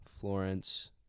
Florence